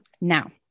Now